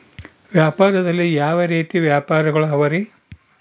ವ್ಯಾಪಾರದಲ್ಲಿ ಯಾವ ರೇತಿ ವ್ಯಾಪಾರಗಳು ಅವರಿ?